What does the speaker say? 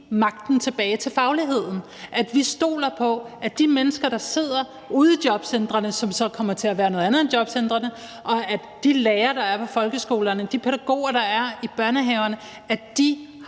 magten tilbage til fagligheden; at vi stoler på, at de mennesker, der sidder ude i jobcentrene, som så kommer til at være noget andet end jobcentre, og de lærere, der er i folkeskolerne, og de pædagoger, der er i børnehaverne, får